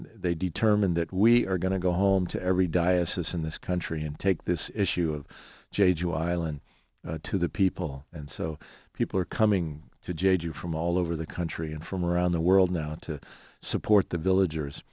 they determined that we are going to go home to every diocese in this country and take this issue of j jew island to the people and so people are coming to judge you from all over the country and from around the world now to support the village